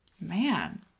Man